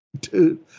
dude